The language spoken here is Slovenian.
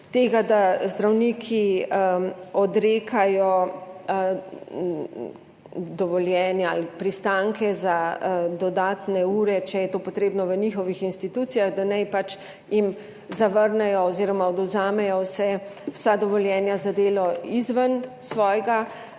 da zdravniki odrekajo dovoljenja ali pristanke za dodatne ure, če je to potrebno v njihovih institucijah, da naj jim pač zavrnejo oziroma odvzamejo vsa dovoljenja za delo izven svojega